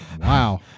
Wow